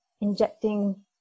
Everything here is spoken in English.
injecting